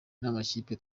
n’amakipe